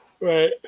Right